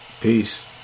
peace